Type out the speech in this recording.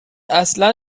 اصلا